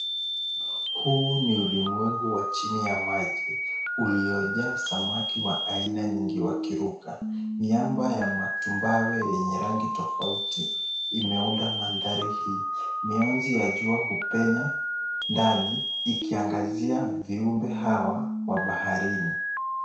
Huu ni ulimwengu wa chini ya maji uliojaa samaki wa aina mingi wakiruka. Miamba ya matumbawe yenye rangi tofauti imeunda mandhari hii. Mionzi ya jua hupenya ndani ikiangazia viumbe hawa wa baharini.